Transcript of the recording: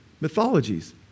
mythologies